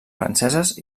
franceses